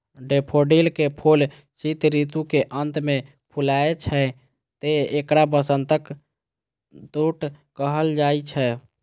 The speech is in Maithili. डेफोडिल के फूल शीत ऋतु के अंत मे फुलाय छै, तें एकरा वसंतक दूत कहल जाइ छै